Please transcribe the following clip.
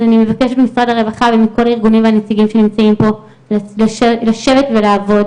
אני מבקשת ממשרד הרווחה ומכל הארגונים והנציגים שנמצאים פה לשבת ולעבוד.